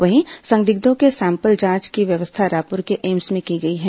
वहीं संदिग्धों के सैंपल जांच की व्यवस्था रायपुर के एम्स में की गई है